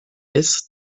baisse